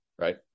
Right